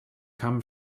come